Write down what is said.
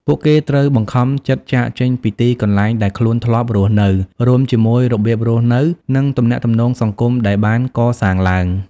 ពួកគេត្រូវបង្ខំចិត្តចាកចេញពីទីកន្លែងដែលខ្លួនធ្លាប់រស់នៅ រួមជាមួយរបៀបរស់នៅ និងទំនាក់ទំនងសង្គមដែលបានកសាងឡើង។